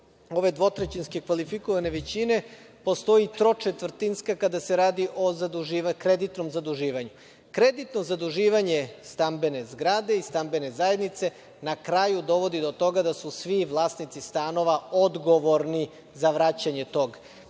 ove dvotrećinske kvalifikovane većine, postoji i tročetvrtinska kada se radi o kreditnom zaduživanju. Kreditno zaduživanje stambene zgrade i stambene zajednice na kraju dovodi do toga da su svi vlasnici stanova odgovorni za vraćanje tog